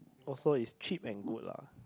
also is cheap and good lah